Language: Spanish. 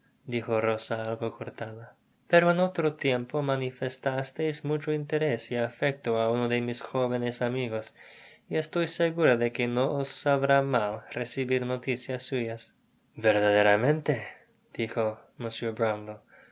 dijo rosa algo cortada pero en otro tiempo manifestasteis mucho interés y afecto á unp de mis jovenes amigos y estoy segura que no os sabrá mal recibir noticias suyas verdaderamente dijo